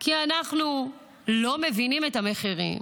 כי אנחנו לא מבינים את המחירים,